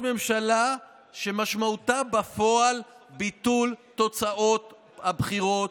ממשלה שמשמעותה בפועל ביטול תוצאות הבחירות,